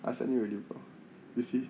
I send you already did you see